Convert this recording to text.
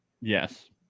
Yes